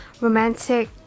romantic